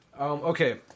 Okay